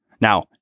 Now